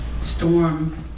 storm